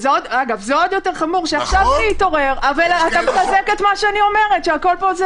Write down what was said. זה עוד יותר חמור שפה זה התעורר, והכול פה זה